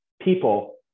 people